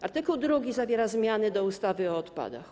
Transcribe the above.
Art. 2 zawiera zmiany do ustawy o odpadach.